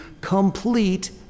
complete